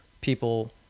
people